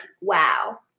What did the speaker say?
wow